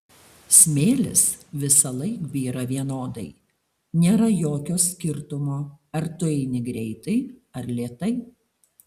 smėlis visąlaik byra vienodai nėra jokio skirtumo ar tu eini greitai ar lėtai